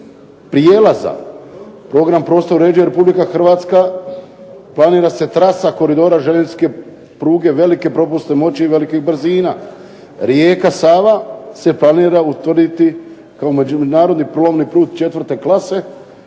prijelaza. Program prostor uređuje Republika Hrvatska. Planira se trasa koridora željezničke pruge .../Govornik se ne razumije./... velikih brzina. Rijeka Sava se planira utvrditi kao međunarodni plovni put četvrte klase